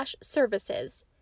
services